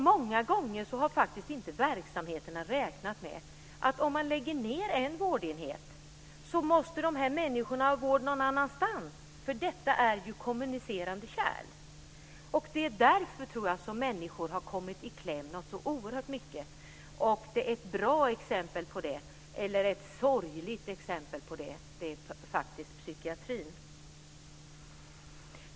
Många gånger har inte verksamheterna räknat med att om man lägger ned en vårdenhet måste människorna få vård någon annanstans, för det är ju kommunicerande kärl. Det är därför, tror jag, som människorna har kommit i kläm så oerhört mycket. Ett sorgligt exempel på det är psykiatrin.